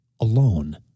alone